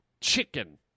chicken